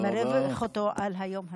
אני מברך אותו על היום הזה.